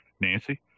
Nancy